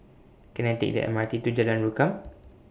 Can I Take The M R T to Jalan Rukam